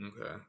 Okay